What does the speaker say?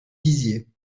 dizier